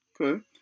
okay